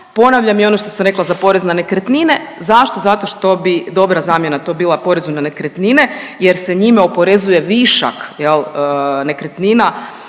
Ponavljam i ono što sam rekla za porez na nekretnine. Zašto? Zato što bi dobra zamjena to bila porezu na nekretnine jer se njime oporezuje višak jel' nekretnina